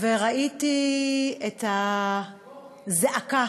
וראיתי את הזעקה